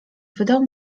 wydał